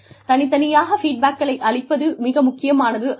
தனித்தனியாக ஃபீட்பேக்களை அளிப்பது மிக முக்கியமானதாகும்